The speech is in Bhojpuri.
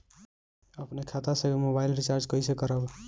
अपने खाता से मोबाइल रिचार्ज कैसे करब?